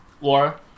Laura